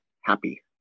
happy